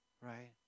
right